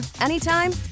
anytime